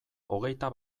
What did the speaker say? hogeita